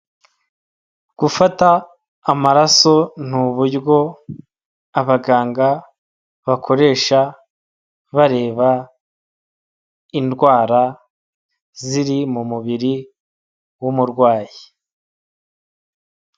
Gufata amaraso, ni buryo abaganga bakoresha bareba indwara ziri mu mubiri w'umurwayi.